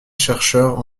chercheurs